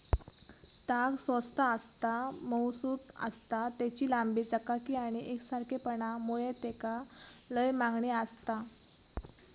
ताग स्वस्त आसता, मऊसुद आसता, तेची लांबी, चकाकी आणि एकसारखेपणा मुळे तेका लय मागणी आसता